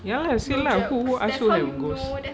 ya [sial] ah who who ask you ghost